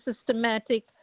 systematic